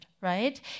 right